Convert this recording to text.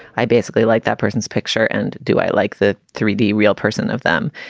i basically like that person's picture. and do i like the three d real person of them.